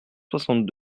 soixante